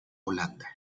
holanda